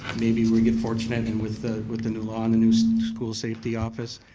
maybe we get fortunate and with the with the new law and the new school safety office,